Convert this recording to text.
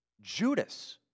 Judas